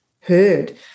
heard